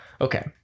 okay